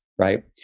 right